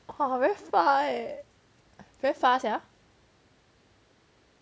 !wah! very eh very far sia